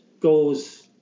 goes